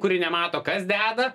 kuri nemato kas deda